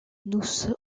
nous